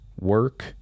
work